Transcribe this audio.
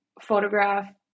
photograph